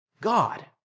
God